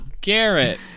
Garrett